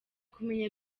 kumenya